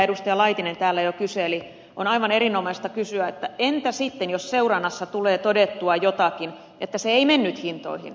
laitinen täällä jo kyseli on aivan erinomaista kysyä että entä sitten jos seurannassa tulee todettua että se ei mennyt hintoihin